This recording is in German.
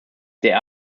der